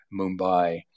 Mumbai